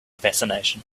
fascination